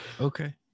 okay